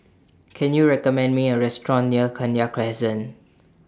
Can YOU recommend Me A Restaurant near Kenya Crescent